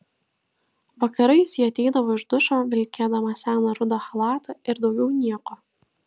vakarais ji ateidavo iš dušo vilkėdama seną rudą chalatą ir daugiau nieko